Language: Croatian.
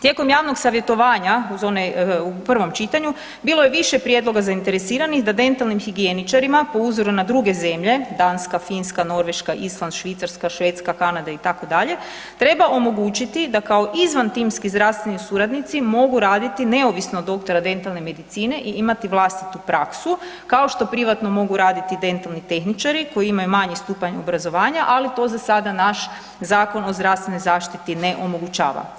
Tijekom javnog savjetovanja uz onaj u prvom čitanju bilo je više prijedloga zainteresiranih da dentalnim higijeničarima po uzoru na druge zemlje Danska, Finska, Norveška, Island, Švicarska, Švedska, Kanada itd., treba omogućiti da kao izvan timski zdravstveni suradnici mogu raditi neovisno od doktora dentalne medicine i imati vlastitu praksu, kao što privatno mogu raditi dentalni tehničari koji imaju manji stupanj obrazovanja, ali to za sada naš Zakon o zdravstvenoj zaštiti ne omogućava.